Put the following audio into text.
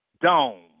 Dome